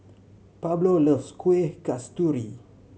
Pablo loves Kuih Kasturi